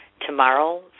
Tomorrow